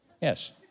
Yes